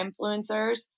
influencers